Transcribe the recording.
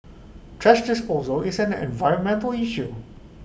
thrash disposal is an environmental issue